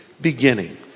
beginning